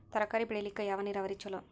ತರಕಾರಿ ಬೆಳಿಲಿಕ್ಕ ಯಾವ ನೇರಾವರಿ ಛಲೋ?